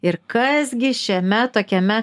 ir kas gi šiame tokiame